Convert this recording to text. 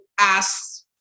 ask